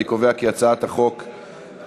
אני קובע כי הצעת החוק עברה,